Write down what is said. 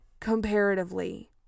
comparatively